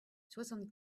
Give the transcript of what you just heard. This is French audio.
soixante